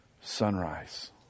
sunrise